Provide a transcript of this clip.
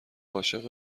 عاشق